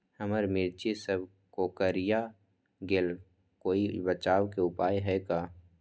हमर मिर्ची सब कोकररिया गेल कोई बचाव के उपाय है का?